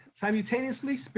simultaneously